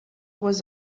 was